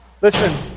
Listen